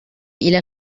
إلى